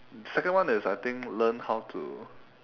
second one is I think learn how to